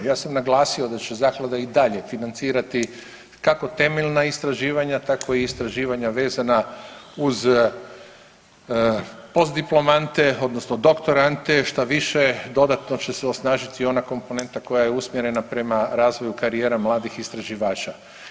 Ja sam naglasio da će zaklada i dalje financirati kako temeljna istraživanja tako i istraživanja vezana uz postdiplomante odnosno doktorante štaviše dodatno će se osnažiti ona komponenta koja je usmjerena prema razvoju karijera mladih istraživača.